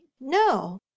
no